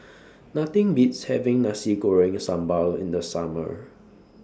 Nothing Beats having Nasi Goreng Sambal in The Summer